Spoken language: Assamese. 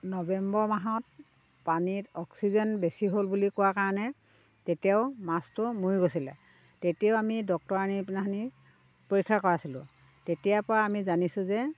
নৱেম্বৰ মাহত পানীত অক্সিজেন বেছি হ'ল বুলি কোৱা কাৰণে তেতিয়াও মাছটো মৰি গৈছিলে তেতিয়াও আমি ডক্তৰ আনি পেলানি পৰীক্ষা কৰাইছিলোঁ তেতিয়াৰ পৰা আমি জানিছোঁ যে